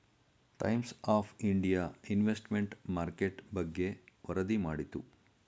times of India investment market ಬಗ್ಗೆ ವರದಿ ಮಾಡಿತು